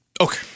Okay